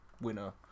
winner